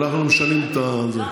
אנחנו משנים את זה.